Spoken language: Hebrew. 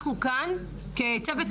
אנחנו כאן כצוות עבודה.